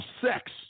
sex